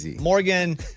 Morgan